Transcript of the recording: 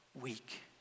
weak